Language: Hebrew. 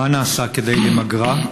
מה נעשה כדי למגרה?